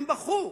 הם בכו.